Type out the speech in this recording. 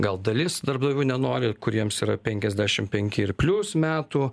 gal dalis darbdavių nenori kuriems yra penkiasdešim penki ir plius metų